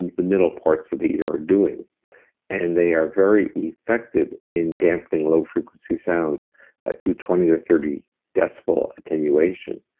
and the middle parts of the ear are doing and they are very effective in dampening low frequency sounds ah to twenty to thirty decibel attenuation.